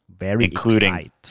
Including